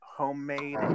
Homemade